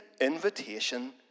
invitation